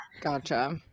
gotcha